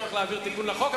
אין צורך להעביר תיקון לחוק,